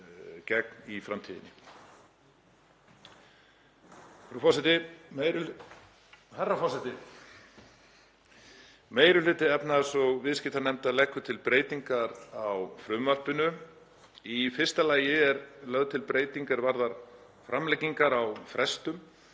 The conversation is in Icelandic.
Meiri hluti efnahags- og viðskiptanefndar leggur til breytingar á frumvarpinu. Í fyrsta lagi er lögð til breyting er varðar framlengingar á frestum,